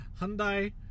hyundai